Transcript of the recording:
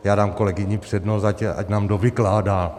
Já dám kolegyni přednost, ať nám to dovykládá.